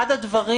אחד הדברים